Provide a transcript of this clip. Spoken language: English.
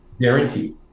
Guaranteed